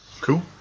cool